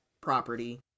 property